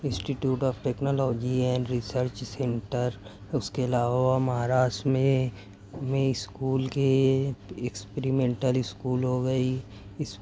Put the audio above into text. institute of technology and research centre اس کے علاوہ مہاراشٹر میں میں اسکول کے اکسپریمنٹل اسکول ہو گئی